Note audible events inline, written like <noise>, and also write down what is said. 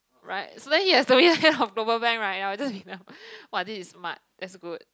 right so then he has to be head of global bank right <laughs> I'll be just !woah! this is smart that's good